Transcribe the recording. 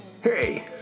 Hey